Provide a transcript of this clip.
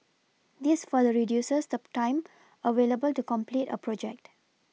this further reduces the time available to complete a project